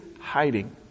hiding